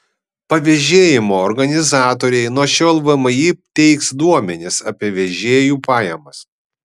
pavėžėjimo organizatoriai nuo šiol vmi teiks duomenis apie vežėjų pajamas